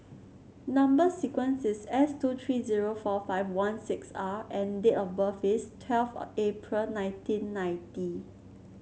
number sequence is S two tree zero four five one six R and date of birth is twelve April nineteen ninety